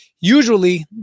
usually